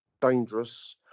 dangerous